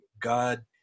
God